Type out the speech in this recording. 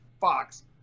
Fox